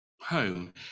home